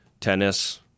tennis –